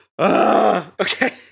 Okay